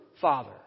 father